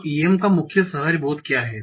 तो EM का मुख्य सहज बोध क्या है